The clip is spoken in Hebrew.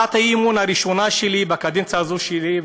הצעת האי-אמון הראשונה שלי בקדנציה הזאת שלי,